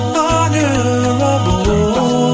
honorable